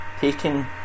taking